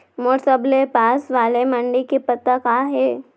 मोर सबले पास वाले मण्डी के पता का हे?